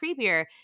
creepier